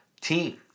team